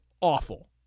awful